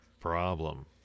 problem